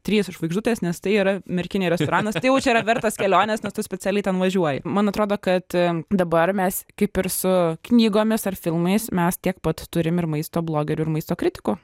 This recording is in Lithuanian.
trys žvaigždutės nes tai yra merkinėj restoranas tai jau čia yra vertas kelionės nes tu specialiai ten važiuoji man atrodo kad dabar mes kaip ir su knygomis ir filmais mes tiek pat turim ir maisto blogerių ir maisto kritikų